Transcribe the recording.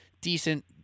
decent